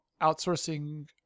outsourcing